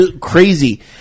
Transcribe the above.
crazy